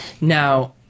now